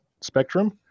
spectrum